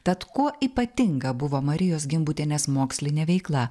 tad kuo ypatinga buvo marijos gimbutienės mokslinė veikla